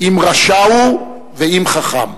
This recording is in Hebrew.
אם "רשע" הוא ואם "חכם".